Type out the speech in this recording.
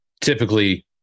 typically